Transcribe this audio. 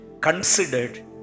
considered